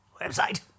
website